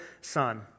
son